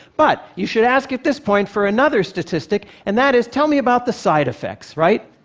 but you should ask at this point for another statistic, and that is, tell me about the side effects. right?